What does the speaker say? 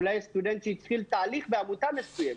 אולי יש סטודנט שהתחיל תהליך בעמותה מסוימת.